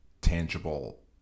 tangible